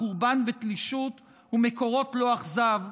"חורבן ותלישות" ו"מקורות לא אכזב",